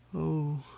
oh,